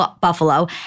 Buffalo